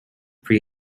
pre